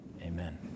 Amen